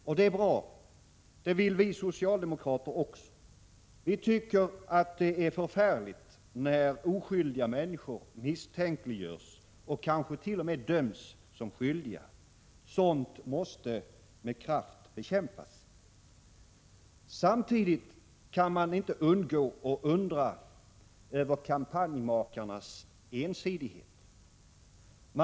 Och det är bra — det vill vi socialdemokrater också. Vi tycker att det är förfärligt när oskyldiga människor misstänkliggörs och kanske t.o.m. döms som skyldiga. Sådant måste med kraft bekämpas. Samtidigt kan man inte undgå att undra över kampanjmakarnas ensidighet.